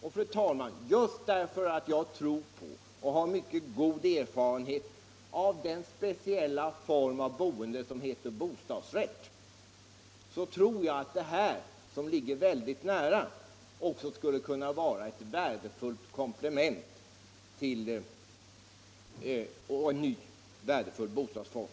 Och, fru talman, just därför att jag tror på och har mycket god erfarenhet av den speciella form av boende som heter bostadsrätt tror jag att en ägd lägenhet, som ligger mycket nära, ochså skulle kunna vara ett värdefullt komplement och en ny värdefull bostadsform.